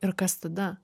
ir kas tada